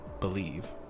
believe